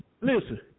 Listen